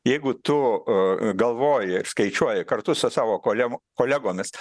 jeigu tu galvoji skaičiuoji kartu su savo kole kolegomis